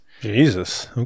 Jesus